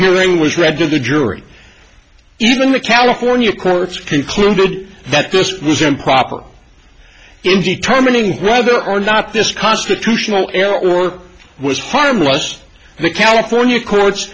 hearing was read to the jury even the california courts concluded that this was improper indeterminate whether or not this constitutional error or was harmless the california co